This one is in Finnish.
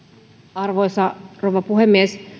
arvoisa rouva puhemies